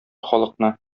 халыкны